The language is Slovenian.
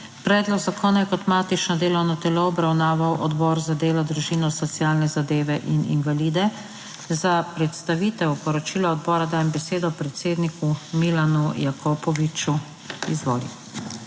Predlog zakona je kot matično delovno telo obravnaval Odbor za delo, družino, socialne zadeve in invalide. Za predstavitev poročila odbora dajem besedo predsedniku Milanu Jakopoviču. Izvoli.